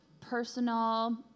personal